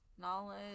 knowledge